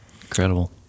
incredible